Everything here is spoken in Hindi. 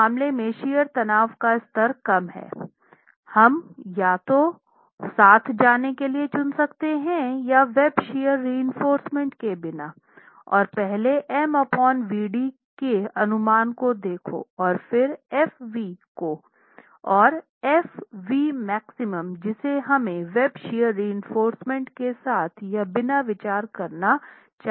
तो इस मामले में शियरतनाव का स्तर कम है हम या तो साथ जाने के लिए चुन सकते हैं या वेब शियर रीइनफोर्रसमेंट के बिना और पहले M V d के अनुमान को देखो और फिर F v को और F v max जिसे हमें वेब शियर रीइनफोर्रसमेंट के साथ या बिना विचार करना चाहिए